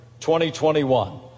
2021